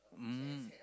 mm